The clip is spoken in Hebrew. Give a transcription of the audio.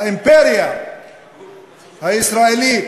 האימפריה הישראלית,